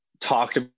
talked